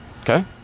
okay